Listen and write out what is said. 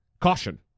caution